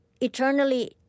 eternally